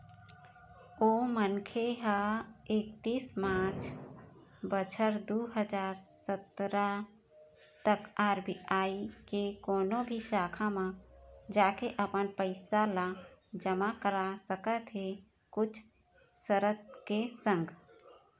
ओ मनखे ह एकतीस मार्च बछर दू हजार सतरा तक आर.बी.आई के कोनो भी शाखा म जाके अपन पइसा ल जमा करा सकत हे कुछ सरत के संग